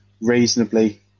reasonably